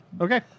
okay